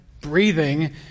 breathing